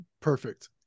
Perfect